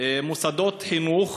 מוסדות חינוך